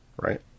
Right